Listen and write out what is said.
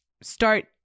start